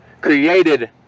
created